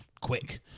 Quick